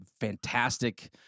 fantastic